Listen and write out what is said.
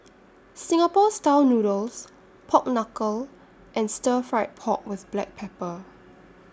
Singapore Style Noodles Pork Knuckle and Stir Fried Pork with Black Pepper